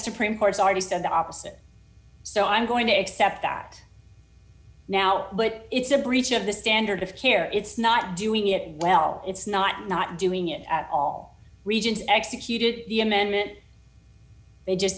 supreme court's artist of the opposite so i'm going to accept that now but it's a breach of the standard of care it's not doing it well it's not not doing it at all regions executed the amendment they just